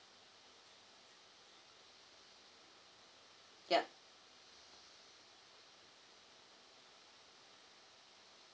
yup